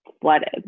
flooded